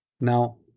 Now